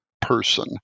person